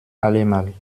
allemal